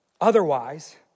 Otherwise